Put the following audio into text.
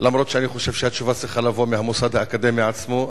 גם אם אני חושב שהתשובה צריכה לבוא מהמוסד האקדמי עצמו,